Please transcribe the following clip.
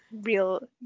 Real